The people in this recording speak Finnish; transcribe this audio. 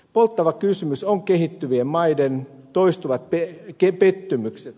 polttava kysymys on kehittyvien maiden toistuvat pettymykset